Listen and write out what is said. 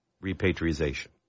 repatriation